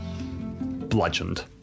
bludgeoned